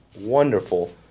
wonderful